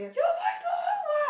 your voice lower [what]